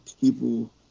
people